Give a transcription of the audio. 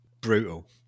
brutal